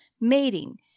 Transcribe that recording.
mating